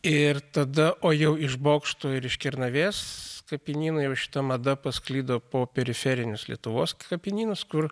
ir tada o jau iš bokšto ir iš kernavės kapinyno jau šita mada pasklido po periferinius lietuvos kapinynus kur